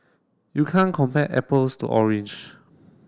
you can't compare apples to orange